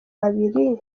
babiri